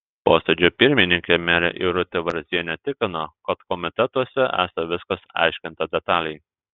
posėdžio pirmininkė merė irutė varzienė tikino kad komitetuose esą viskas aiškinta detaliai